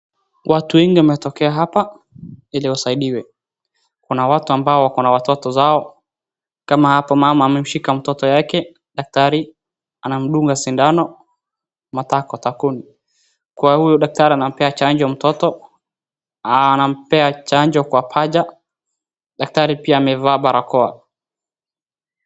Watu wengi wametokea hapa ili wasaidiwe kuna watu ambao wako na watoto zao, kama hapa mama amemshika mtoto yake, daktari anamdunga sindano matako, takoni, kwa hio daktari anampea chanjo mtoto anampea chanjo kwa paja, daktari pia amevaa barakoa.